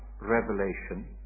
revelation